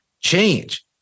change